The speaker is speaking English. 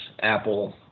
Apple